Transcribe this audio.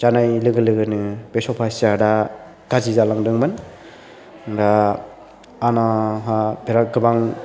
जानाय लोगो लोगोनो बे स'फा सेत आ गाज्रि जालांदोंमोन दा आंहा बेराद गोबां